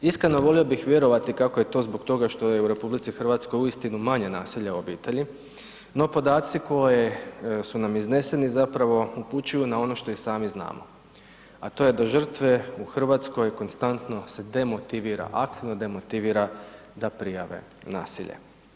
Iskreno volio bih vjerovati kako je to zbog toga što je u RH uistinu manje nasilja u obitelji, no podaci koji su nam izneseni zapravo upućuju na ono što i sami znamo a to je da žrtve u Hrvatskoj konstantno se demotivira, ... demotivira da prijave nasilje.